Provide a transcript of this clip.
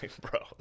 Bro